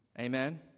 Amen